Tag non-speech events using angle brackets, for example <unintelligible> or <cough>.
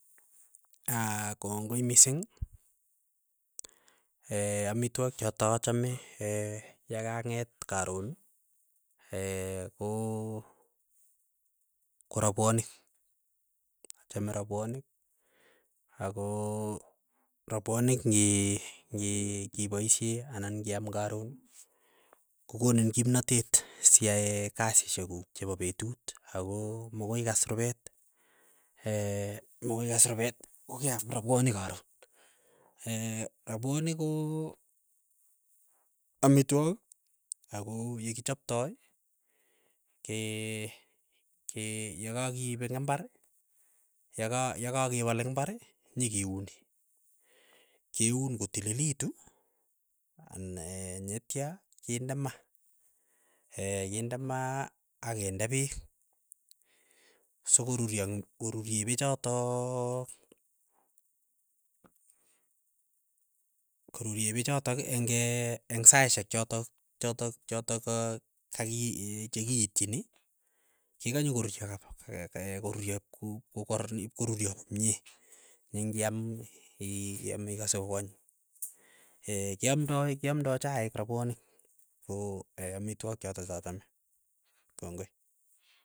Aa kongoi mising, <hesitation> amitwogik chata achame yakang'et karoon <hesitation> ko ko rapwonik, achame rapwonik ako rapwonik ngi ng'i ng'i paishe anan ng'iam karon kokonin kimnatet siaee kasishek kuk chepo petut ako mokoikas rupet <hesitation> mokoikas rupet kokeaam rapwonik karon, <hesitation> rapwonik ko amitwogik ako yekichaptoi ke- ke yakakiip eng' imbar, yeka yekakepol eng' imbar, nyikiuni, keun kotililitu ane netyo kinde ma <hesitation> kinde ma akende peek, sokoruryo korurye pechotook <hesitation> korurye pechotok eng' ke eng' saishek chotok chotok chotok ka kie chekiitchini, kikanye koruryo kapsa <unintelligible> koruryo ipko kok <unintelligible> koruryo komie, neng'iam iame ikase koanyiny, <hesitation> keamdai kiamdai chaik rapwonik, ko <hesitation> amitwogik chotok cha achame, kongoi.